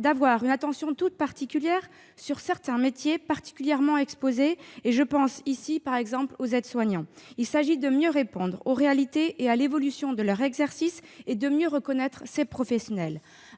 d'avoir une attention toute particulière pour certains métiers particulièrement exposés. Je pense par exemple aux aides-soignants. Il s'agit de mieux répondre aux réalités et à l'évolution de leur exercice et de mieux reconnaître ces professionnels.